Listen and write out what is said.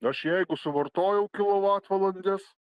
aš jeigu suvartojau kilovatvalandes